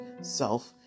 self